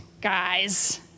guys